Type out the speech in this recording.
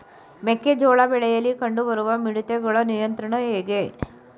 ಮೆಕ್ಕೆ ಜೋಳ ಬೆಳೆಯಲ್ಲಿ ಕಂಡು ಬರುವ ಮಿಡತೆಗಳ ನಿಯಂತ್ರಣ ಹೇಗೆ?